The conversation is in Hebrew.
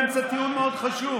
הייתי באמצע טיעון מאוד חשוב.